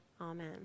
Amen